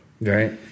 Right